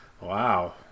Wow